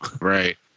Right